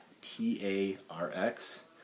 T-A-R-X